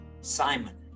Simon